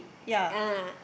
yeah